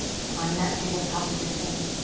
find that tabletop position.